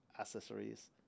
accessories